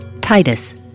Titus